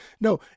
No